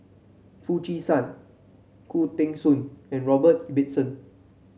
Foo Chee San Khoo Teng Soon and Robert Ibbetson